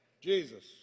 Jesus